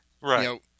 Right